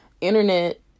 internet